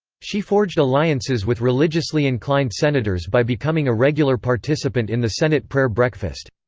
she forged alliances with religiously inclined senators by becoming a regular participant in the senate prayer breakfast.